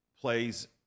plays